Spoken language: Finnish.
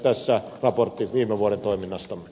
tässä raportti viime vuoden toiminnastamme